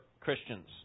Christians